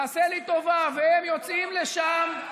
והם יוצאים לשם,